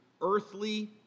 earthly